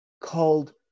called